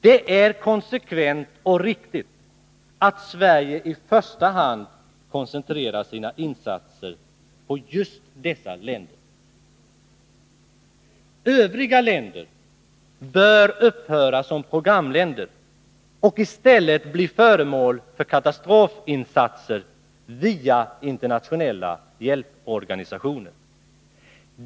Det är konsekvent och riktigt att Sverige i första hand koncentrerar sina insatser på just dessa länder. Övriga länder bör upphöra som programländer och i stället bli föremål för katastrofinsatser via internationella hjälporganisationer.